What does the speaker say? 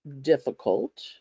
difficult